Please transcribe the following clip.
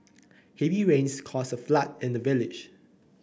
heavy rains caused a flood in the village